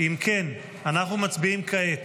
אם כן, אנחנו מצביעים כעת,